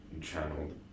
channeled